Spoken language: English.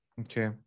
okay